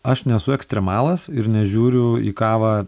aš nesu ekstremalas ir nežiūriu į kavą